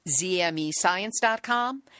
ZMEScience.com